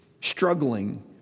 Struggling